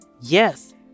Yes